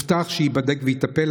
הבטיח שיבדוק ויטפל.